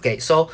K so